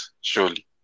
Surely